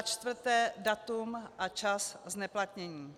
4. datum a čas zneplatnění,